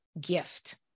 gift